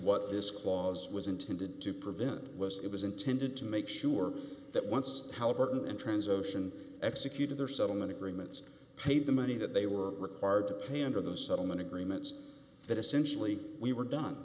what this clause was intended to prevent was it was intended to make sure that once however and trans ocean executed their settlement agreements paid the money that they were required to pay under those settlement agreements that essentially we were done